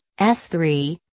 S3